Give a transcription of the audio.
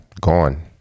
Gone